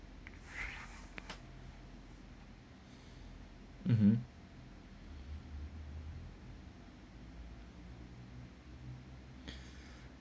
mm mm